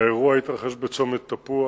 האירוע התרחש בצומת תפוח.